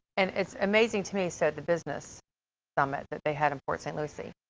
and it's amazing to me, said the business summit that they had in port st. lucie.